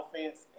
offense